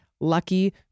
lucky